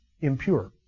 impure